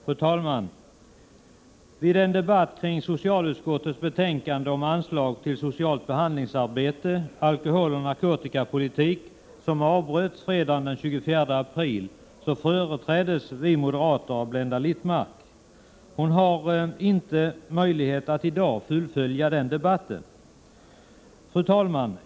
Fru talman! Vid den debatt kring socialutskottets betänkande om anslag till socialt behandlingsarbete, alkoholoch narkotikapolitik som avbröts fredagen den 24 april företräddes vi moderater av Blenda Littmarck. Hon har inte möjlighet att i dag fullfölja den debatten. Fru talman!